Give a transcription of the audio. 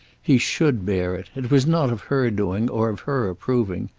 he should bear it. it was not of her doing or of her approving.